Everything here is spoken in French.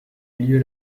lieu